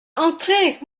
entrez